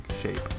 Shape